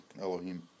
Elohim